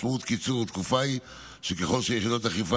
משמעות קיצור התקופה היא שככל שיחידות האכיפה